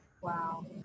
Wow